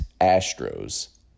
Astros